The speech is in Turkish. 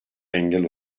engel